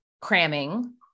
cramming